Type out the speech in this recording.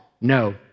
No